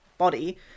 body